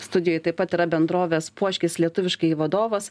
studijoj taip pat yra bendrovės puoškis lietuviškai vadovas